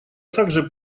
также